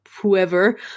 whoever